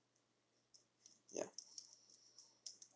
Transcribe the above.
ya